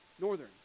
northern